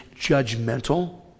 judgmental